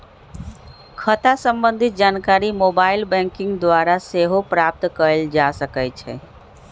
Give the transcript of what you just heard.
खता से संबंधित जानकारी मोबाइल बैंकिंग द्वारा सेहो प्राप्त कएल जा सकइ छै